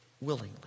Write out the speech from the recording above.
willingly